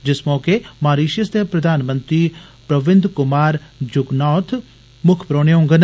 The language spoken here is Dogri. जिस मौके मारीषियस दे प्रधानमंत्री प्रविन्द्र कुमार जुगनौथ मुक्ख परौहने होंगन